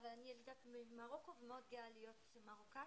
כל הפעילות פה שלנו היא פעילות שהיא מונחית